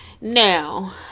Now